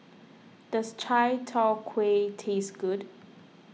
does Chai Tow Kuay taste good